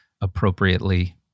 appropriately